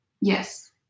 yes